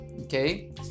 okay